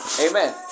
Amen